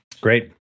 Great